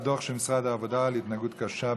מדובר על הדוח של משרד העבודה על התנהגות קשה בפנימיות.